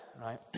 right